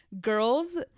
girls